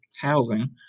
housing